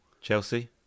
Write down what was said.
Chelsea